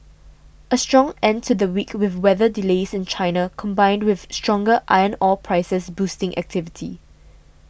a strong end to the week with weather delays in China combined with stronger iron ore prices boosting activity